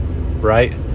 Right